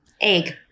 Egg